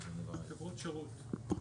חברות שרות.